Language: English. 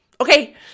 Okay